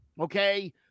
okay